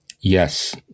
Yes